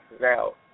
Now